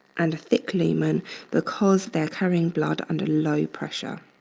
and a thick lumen because they're carrying blood under low pressure.